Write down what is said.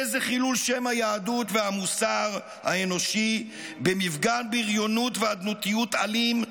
איזה חילול שם היהדות והמוסר האנושי במפגן בריונות ואדנותיות אלים,